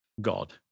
God